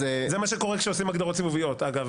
זה מה שקורה כשעושים הגדרות סיבוביות, אגב.